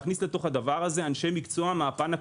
צריך להכניס אל תוך הדבר הזה אנשי מקצוע מן הפן הקולינרי,